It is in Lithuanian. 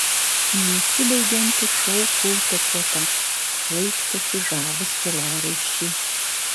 nesibaigianti šou kulto puota plaikstosi žavūs keliaraiščiai